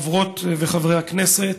חברות וחברי הכנסת,